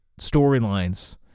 storylines